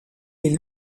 est